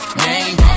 name